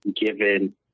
given